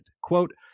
quote